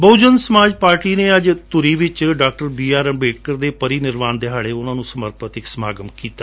Bahujan Samaj Party ਨੇ ਅੱਜ ਧੂਰੀ ਵਿਚ ਡਾ ਬੀਆਰ ਅੰਬੇਡਕਰ ਦੇ ਨਿਰਵਾਣ ਦਿਹਾੜੇ ਨੂੰ ਸਮਰਪਤ ਏਕ ਸਮਾਗਮ ਕੀਤਾ